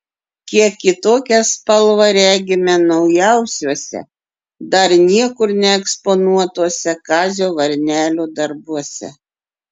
kiek kitokią spalvą regime naujausiuose dar niekur neeksponuotuose kazio varnelio darbuose